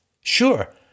Sure